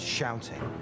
shouting